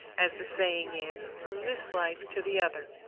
as the saying is, from this life to the other.